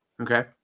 Okay